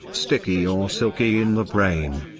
sticky or silky in the brain.